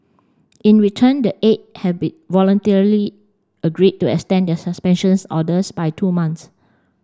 in return the eight have be voluntarily agreed to extend their suspensions orders by two months